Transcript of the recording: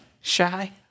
Shy